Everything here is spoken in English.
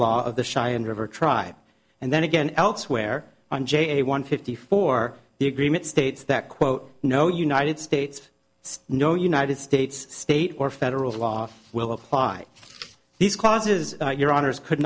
law of the shy and river tribe and then again elsewhere on j one fifty four the agreement states that quote no united states no united states state or federal law will apply these clauses your honour's could